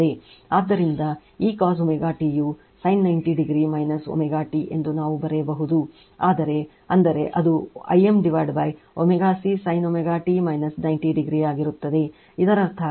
ಆದ್ದರಿಂದ ಈ cos ω t ಯು ಸೈನ್90 ಡಿಗ್ರಿ ω ಟಿ ಎಂದು ನಾವು ಬರೆಯಬಹುದು ಆದರೆ ಅಂದರೆ ಅದು I m ω C sin ω t 90 degree ಆಗಿರುತ್ತದೆ